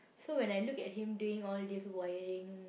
so when I look at him doing all these wiring